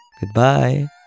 Goodbye